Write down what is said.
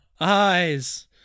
Eyes